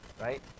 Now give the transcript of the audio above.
right